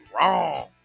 wrong